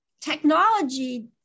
technology